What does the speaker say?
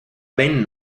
ben